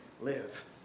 live